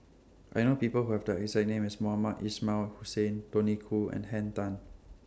I know People Who Have The exact name as Mohamed Ismail Hussain Tony Khoo and Henn Tan